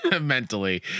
mentally